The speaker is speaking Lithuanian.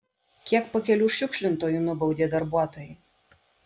kiek pakelių šiukšlintojų nubaudė darbuotojai